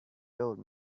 told